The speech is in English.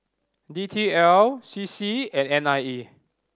D T L C C and N I E